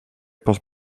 pas